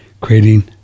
creating